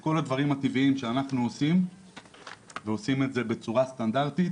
את כל הדברים הטבעיים שאנחנו עושים ועושים את זה בצורה סטנדרטית,